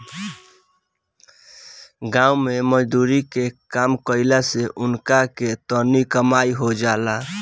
गाँव मे मजदुरी के काम कईला से उनका के तनी कमाई हो जाला